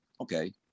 okay